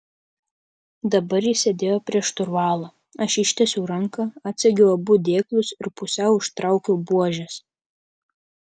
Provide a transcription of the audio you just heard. dabar jis sėdėjo prie šturvalo aš ištiesiau ranką atsegiau abu dėklus ir pusiau ištraukiau buožes